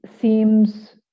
seems